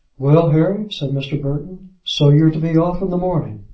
well, harry, said mr. burton, so you're to be off in the morning?